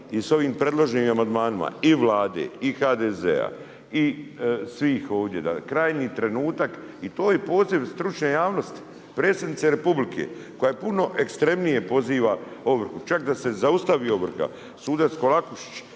i sa ovim predloženim amandmanima i Vlade i HDZ-a i svih ovdje, krajnji trenutak i to je poziv stručne javnosti, predsjednice Republike koja puno ekstremnije poziva ovrhu, čak da se zaustavi ovrha, sudac Kolakušić,